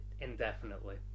Indefinitely